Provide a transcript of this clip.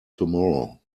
tomorrow